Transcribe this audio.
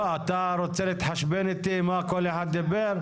לא, אתה רוצה להתחשבן איתי מה כל אחד דיבר?